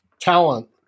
talent